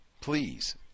please